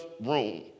room